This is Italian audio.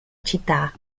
città